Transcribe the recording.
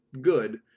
good